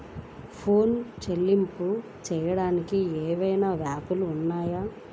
Phone చెల్లింపులు చెయ్యటానికి ఏవైనా యాప్లు ఉన్నాయా?